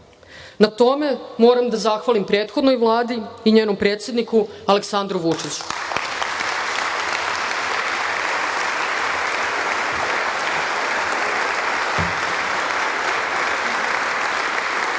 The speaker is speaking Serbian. Na tome moram da zahvalim prethodnoj Vladi i njenom predsedniku Aleksandru Vučiću. Sa